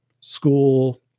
school